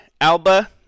Alba